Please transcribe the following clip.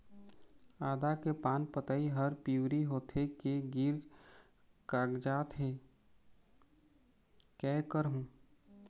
आदा के पान पतई हर पिवरी होथे के गिर कागजात हे, कै करहूं?